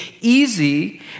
easy